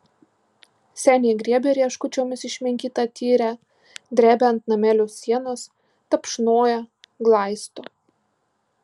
senė griebia rieškučiomis išminkytą tyrę drebia ant namelio sienos tapšnoja glaisto